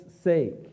sake